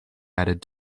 added